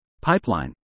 pipeline